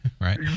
Right